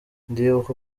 ndibuka